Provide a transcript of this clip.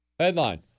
Headline